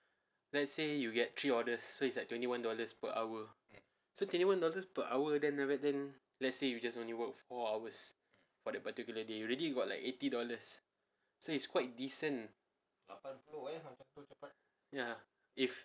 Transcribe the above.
let's say you get three orders so it's like twenty one dollars per hour so twenty one dollars per hour then after that then let's say you just only work four hours for that particular day you already got like eighty dollars so it's quite decent ya if